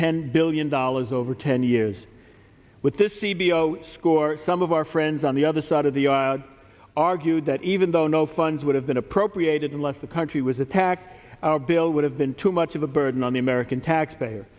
ten billion dollars over ten years with the c b i score some of our friends on the other side of the argued that even though no funds would have been appropriated unless the country was attacked our bill would have been too much of a burden on the american taxpayer